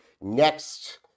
next